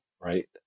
right